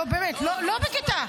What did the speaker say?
לא הבנת אותי?